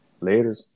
later